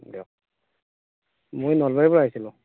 দিয়ক মই নলবাৰীৰপৰা আহিছিলোঁ